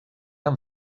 amb